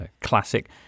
Classic